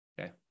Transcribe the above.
Okay